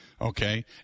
okay